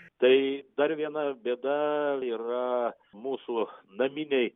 tai dar viena bėda yra mūsų naminiai